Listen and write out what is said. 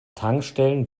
tankstellen